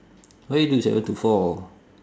why you do seven to four